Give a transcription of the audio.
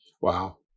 Wow